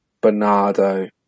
Bernardo